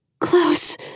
Close